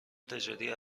تجاری